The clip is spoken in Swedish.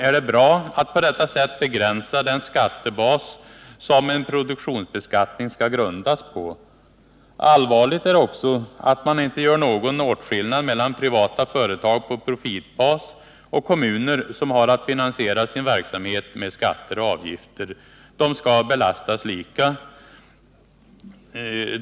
Är det bra att på detta sätt begränsa den skattebas som en produktionsbeskattning skall grundas på? Allvarligt är också att man inte gör någon åtskillnad mellan privata företag på profitbas och kommuner som har att finansiera sin verksamhet med skatter och avgifter. De skall belastas lika.